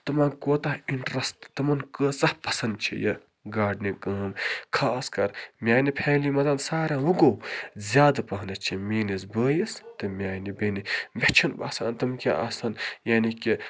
تِمن کوتاہ اِنٹرٛسٹ تِمن کۭژاہ پسنٛد چھِ یہِ گاڈنِنٛگ کٲم خاص کَر میٛانہِ فیملی منٛز سارے لُکو زیادٕ پہنَتھ چھِ میٛٲنِس بٲیِس تہٕ میٛانہِ بیٚنہِ مےٚ چھُنہٕ باسان تِم کیٛاہ آسان یعنی کہِ